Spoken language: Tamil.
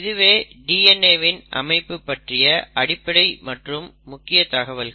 இதுவே DNA வின் அமைப்பு பற்றிய அடிப்படை மற்றும் முக்கிய தகவல்கள்